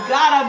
God